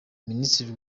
minisitiri